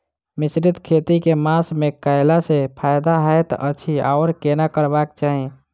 मिश्रित खेती केँ मास मे कैला सँ फायदा हएत अछि आओर केना करबाक चाहि?